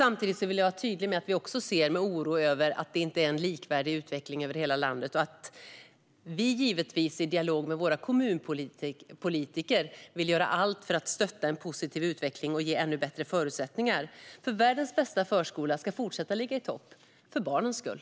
Samtidigt vill jag vara tydlig med att vi med oro ser att utvecklingen inte är likvärdig över hela landet och att vi i dialog med våra kommunpolitiker givetvis vill göra allt för att stötta en positiv utveckling och ge ännu bättre förutsättningar för att världens bästa förskola ska fortsätta ligga i topp - för barnens skull.